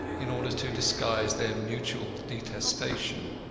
in order to disguise their mutual detestation.